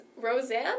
Roseanne